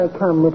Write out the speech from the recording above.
come